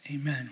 Amen